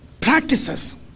practices